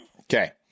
Okay